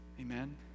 Amen